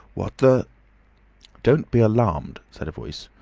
what the don't be alarmed, said a voice.